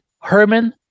Herman